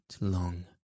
long